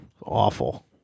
Awful